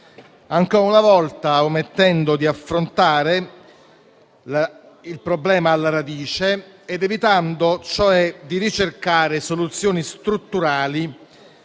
ancora una volta omettendo di affrontare il problema alla radice ed evitando di ricercare soluzioni strutturali